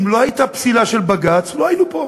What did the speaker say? אם לא הייתה פסילה של בג"ץ, לא היינו פה.